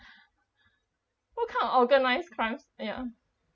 what kind of organised crimes ya